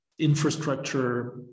Infrastructure